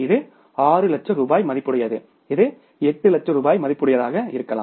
இது 6 லட்சம் ரூபாய் மதிப்புடையது இது 8 லட்சம் ரூபாய் மதிப்புடையதாக இருக்கலாம்